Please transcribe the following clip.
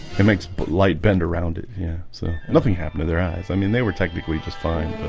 it makes but light bend around it. yeah, so nothing happened to their eyes i mean, they were technically just fine,